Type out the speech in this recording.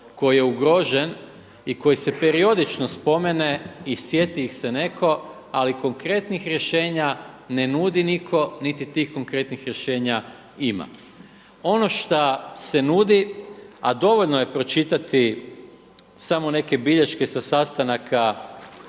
koji je ugrožen i koji se periodično spomene i sjeti ih se netko, ali konkretnih rješenja ne nudi nitko, niti tih konkretnih rješenja ima. Ono šta se nudi, a dovoljno je pročitati samo neke bilješke sa sastanaka